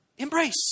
Embrace